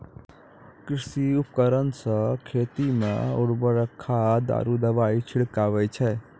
कृषि उपकरण सें खेत मे उर्वरक खाद आरु दवाई छिड़कावै छै